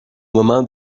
moment